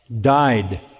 died